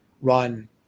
run